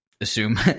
assume